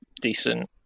decent